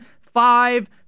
five